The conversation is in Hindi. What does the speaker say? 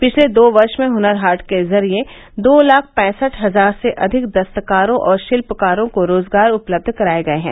पिछले दो वर्ष में हनर हाट के जरिए दो लाख पैसठ हजार से अधिक दस्तकारों और शिल्पकारों को रोजगार उपलब्ध कराए गए हैं